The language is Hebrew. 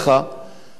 השר שחל,